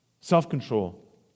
Self-control